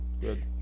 good